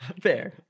fair